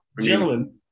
Gentlemen